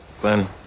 Glenn